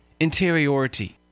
interiority